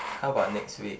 how about next week